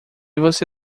você